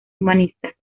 humanista